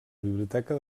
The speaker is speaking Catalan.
biblioteca